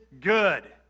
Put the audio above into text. good